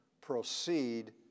proceed